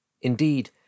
Indeed